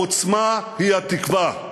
העוצמה היא התקווה,